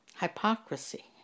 hypocrisy